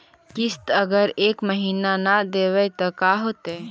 किस्त अगर एक महीना न देबै त का होतै?